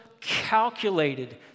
calculated